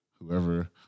whoever